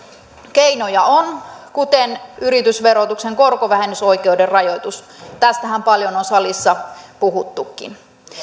keinoja on kuten yritysverotuksen korkovähennysoikeuden rajoitus tästähän paljon on salissa puhuttukin